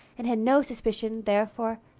and had no suspicion, therefore,